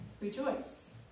Rejoice